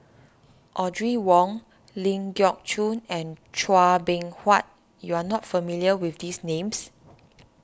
Audrey Wong Ling Geok Choon and Chua Beng Huat you are not familiar with these names